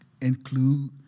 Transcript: include